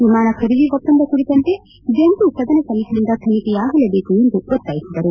ವಿಮಾನ ಖರೀದಿ ಒಪ್ಪಂದ ಕುರಿತಂತೆ ಜಂಟಿ ಸದನ ಸಮಿತಿಯಿಂದ ತನಿಖೆಯಾಗಲೇಬೇಕು ಎಂದು ಒತ್ತಾಯಿಸಿದರು